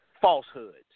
falsehoods